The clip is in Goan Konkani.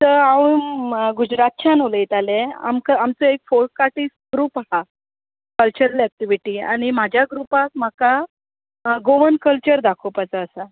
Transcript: तें हांव गुजरातच्यान उलयतालें आमचो एक फोक आर्टीस्ट ग्रुप आसा कल्चरल एक्टीविटी आनी म्हाज्या ग्रुपाक म्हाका गोवन कल्चर दाखोवपाचो आसा